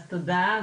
תודה.